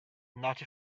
not